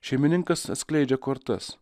šeimininkas atskleidžia kortas